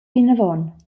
vinavon